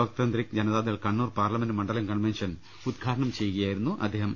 ലോക് Tantrik Janata Dal Kannur parliament മണ്ഡലം convention ഉദ്ഘാടനം ചെയ്യുകയായി രുന്നു അദ്ദേഹം